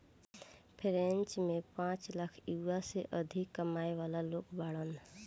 French में पांच lakh euro से अधिक कमाए वाला लोग बाड़न